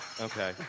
Okay